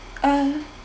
uh